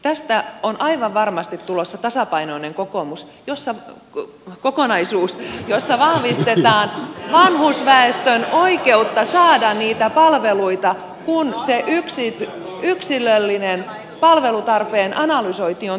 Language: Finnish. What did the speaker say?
tästä on aivan varmasti tulossa tasapainoinen kokonaisuus jossa vahvistetaan vanhusväestön oikeutta saada niitä palveluita kun se yksilöllinen palvelutarpeen analysointi on tehty